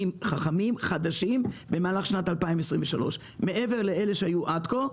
חכמים במהלך שנת 2023 מעבר לאלה שהיו עד כה.